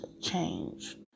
change